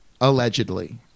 Allegedly